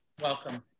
welcome